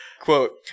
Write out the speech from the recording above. Quote